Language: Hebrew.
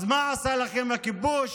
אז מה עשה לכם הכיבוש?